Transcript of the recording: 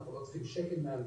אנחנו לא צריכים שקל מהמדינה,